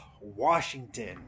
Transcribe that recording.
Washington